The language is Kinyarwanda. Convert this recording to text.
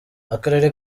akarere